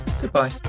goodbye